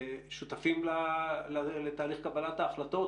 שותפים לתהליך קבלת ההחלטות